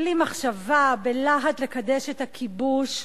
בלי מחשבה, בלהט לקדש את הכיבוש,